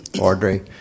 Audrey